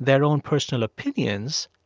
their own personal opinions,